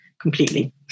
completely